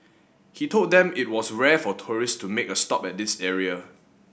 he told them it was rare for tourist to make a stop at this area